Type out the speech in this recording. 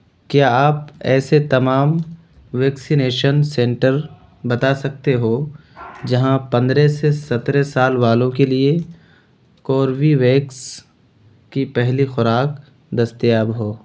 کیا آپ ایسے تمام ویکسینیشن سنٹر بتا سکتے ہو جہاں پندرہ سے سترہ سال والوں کے لیے کوربی ویکس کی پہلی خوراک دستیاب ہو